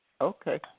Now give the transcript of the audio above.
Okay